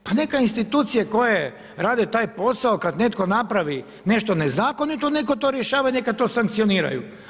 Pa neka institucije koje rade taj posao kad netko napravi nešto nezakonito neka to rješava i neka to sankcioniraju.